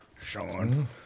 Sean